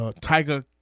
Tiger